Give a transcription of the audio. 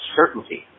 certainty